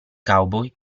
cowboy